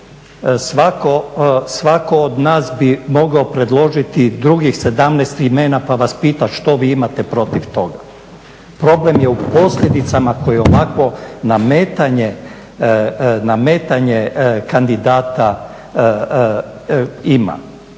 svako od nas bi mogao predložiti drugih 17 imena pa vas pitat što vi imate protiv toga? Problem je posljedicama koje ovakvo nametanje, nametanje kandidata ima.